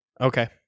Okay